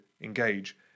engage